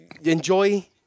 enjoy